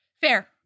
Fair